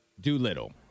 Doolittle